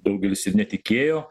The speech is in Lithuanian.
daugelis ir netikėjo